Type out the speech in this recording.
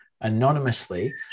anonymously